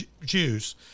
Jews